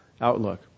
outlook